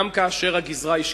גם כאשר הגזרה היא שקטה.